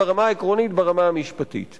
ובשנים האחרונות עוד יותר ועוד יותר ועוד